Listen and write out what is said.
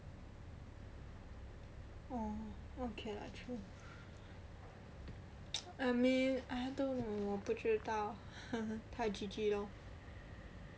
oh okay I mean I don't know what you talking about